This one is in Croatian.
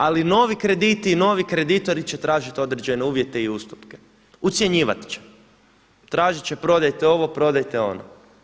Ali novi krediti i novi kreditori će tražiti određene uvjete i ustupke, ucjenjivat će, tražit će prodajte ovo, prodajte ono.